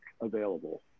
available